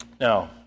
Now